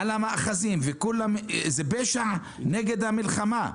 על המאחזים, וזה פשע נגד הממשלה --- לא.